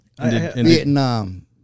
Vietnam